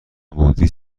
بودی